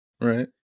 right